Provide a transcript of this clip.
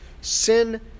Sin